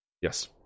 Yes